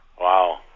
Wow